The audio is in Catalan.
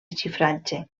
xifratge